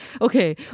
okay